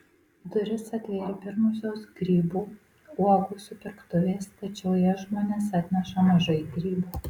duris atvėrė pirmosios grybų uogų supirktuvės tačiau į jas žmonės atneša mažai grybų